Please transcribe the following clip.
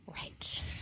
Right